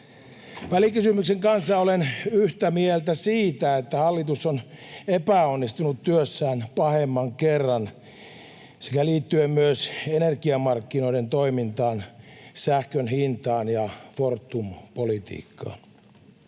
Välikysymyksen kanssa olen yhtä mieltä siitä, että hallitus on epäonnistunut työssään pahemman kerran, liittyen myös energiamarkkinoiden toimintaan, sähkön hintaan ja Fortum-politiikkaan.